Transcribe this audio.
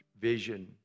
vision